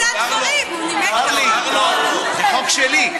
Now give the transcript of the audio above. מותר לי, זה חוק שלי.